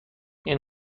این